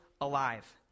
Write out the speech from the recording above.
alive